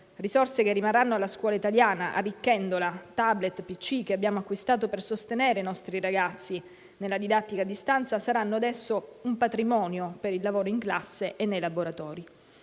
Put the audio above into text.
risorse che rimarranno alla scuola italiana, arricchendola. *Tablet* e *personal computer*, che abbiamo acquistato per sostenere i nostri ragazzi nella didattica a distanza, saranno adesso un patrimonio per il lavoro in classe e nei laboratori.